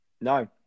no